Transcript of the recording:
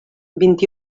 vint